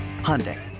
Hyundai